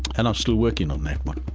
and i'm still working on that but